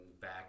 back